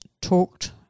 talked